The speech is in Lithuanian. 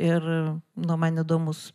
ir nu man įdomus